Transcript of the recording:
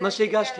מה שהגשתי.